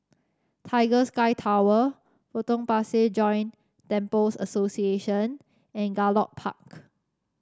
Tiger Sky Tower Potong Pasir Joint Temples Association and Gallop Park